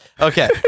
Okay